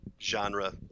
genre